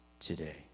today